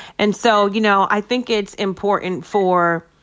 and so, you know, i think it's important for,